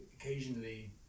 occasionally